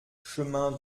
chemin